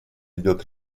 идет